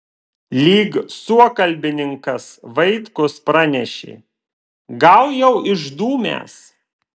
lyg suokalbininkas vaitkus pranešė gal jau išdūmęs